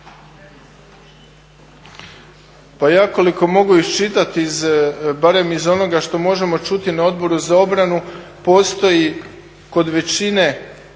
Pa ja koliko mogu iščitati barem iz onoga što možemo čuti na Odboru za obranu postoji kod većine